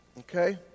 Okay